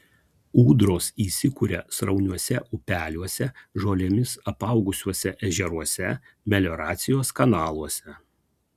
ūdros įsikuria srauniuose upeliuose žolėmis apaugusiuose ežeruose melioracijos kanaluose